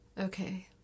Okay